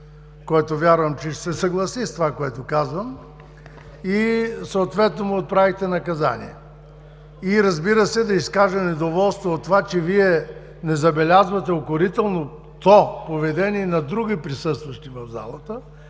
който вярвам, че ще се съгласи с това, което казвам, и съответно му отправихте наказание и, разбира се, да изкажа недоволство от това, че Вие не забелязвате укорителното поведение на други присъстващи в залата,